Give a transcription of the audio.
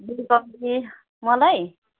सब्जी मलाई